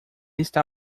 está